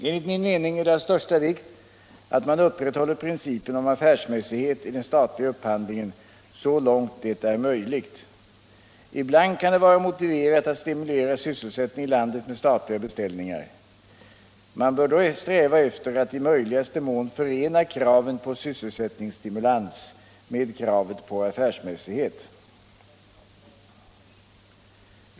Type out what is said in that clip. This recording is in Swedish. Enligt min mening är det av största vikt att man upprätthåller principen om affärsmässighet i den statliga upphandlingen så långt det är möjligt. Ibland kan det vara motiverat att stimulera sysselsättningen i landet med statliga beställningar. Man bör då sträva efter att i möjligaste mån förena kraven på sysselsättningsstimulans med kravet på affärsmässighet.